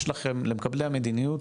יש פה למקבלי המדיניות